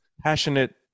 passionate